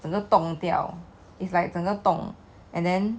整个冻掉 is like 整个冻 and then